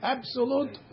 Absolute